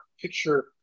picture